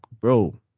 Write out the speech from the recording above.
bro